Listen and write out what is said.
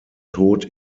tod